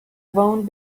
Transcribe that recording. won’t